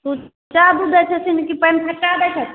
सुच्चा दूध दै छथिन कि पानि फेट्टा दै छथिन